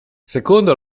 secondo